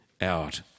out